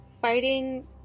fighting